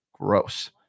Gross